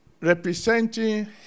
representing